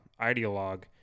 ideologue